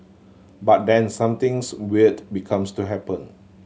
but then somethings weird becomes to happen